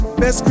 best